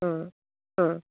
आं आं